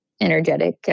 energetic